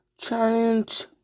Challenge